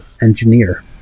Engineer